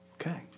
Okay